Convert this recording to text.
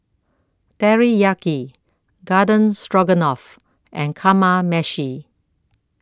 Teriyaki Garden Stroganoff and Kamameshi